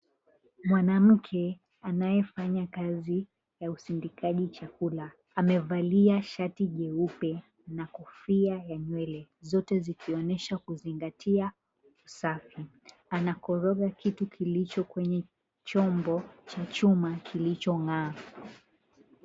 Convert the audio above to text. Mwanamke anayefanya kazi ya usindikaji chakula, amevalia shati jeupe na kofia ya nywele. Zote zikionesha kuzingatia usafi. Anakoroga kitu kilicho kwenye chombo cha chuma kilichong'aa.